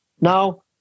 Now